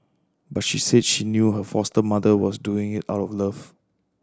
but she said she knew her foster mother was doing it out of love